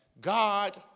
God